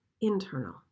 internal